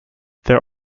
there